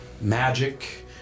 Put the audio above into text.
magic